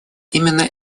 именно